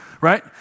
Right